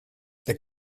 the